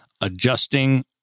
Adjusting